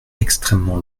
extrêmement